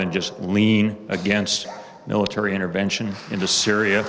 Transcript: than just lean against military intervention into syria